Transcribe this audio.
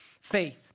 faith